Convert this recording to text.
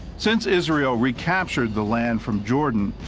since israel recaptured the land from jordan,